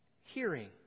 hearing